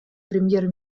премьер